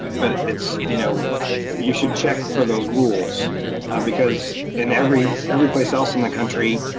but it's. you know you should check for those rules because in every every place else in the country,